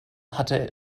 hatte